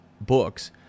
books